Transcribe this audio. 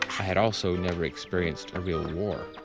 had also never experienced a real war.